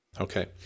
Okay